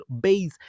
base